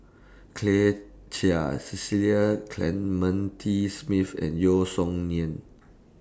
Claire Chiang Cecil Clementi Smith and Yeo Song Nian